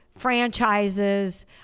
franchises